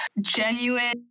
genuine